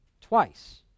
twice